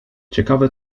ciekawe